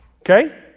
Okay